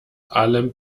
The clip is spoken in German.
allem